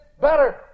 better